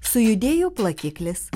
sujudėjo plakiklis